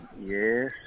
yes